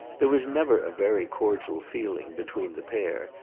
there was never a very cordial feeling between the pair,